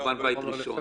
חורבן בית ראשון.